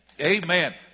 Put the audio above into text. Amen